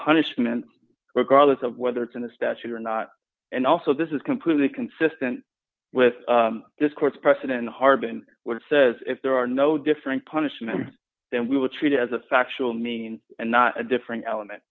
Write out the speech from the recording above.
punishment regardless of whether it's in the statute or not and also this is completely consistent with this court's precedent harbin what it says if there are no different punishments then we will treat it as a factual means and not a different element